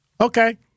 Okay